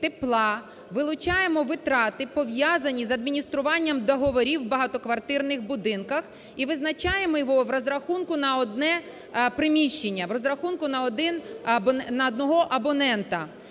тепла вилучаємо витрати, пов'язані з адмініструванням договорів у багатоквартирних будинках і визначаємо його в розрахунку на одне приміщення, в розрахунку на одного абонента.